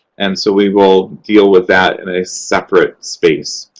and so we will deal with that in a separate space.